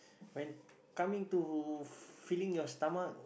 when coming to filling your stomach